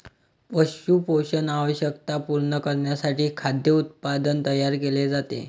पशु पोषण आवश्यकता पूर्ण करण्यासाठी खाद्य उत्पादन तयार केले जाते